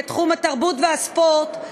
בתחום התרבות והספורט,